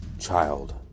child